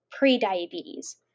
Prediabetes